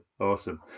awesome